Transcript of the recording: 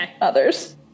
others